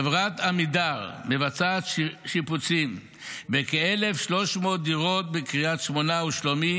חברת עמידר מבצעת שיפוצים ב-1,300 דירות בקריית שמונה ושלומי